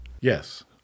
Yes